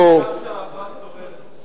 העיקר שהאהבה שוררת.